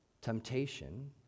Temptation